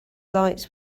lights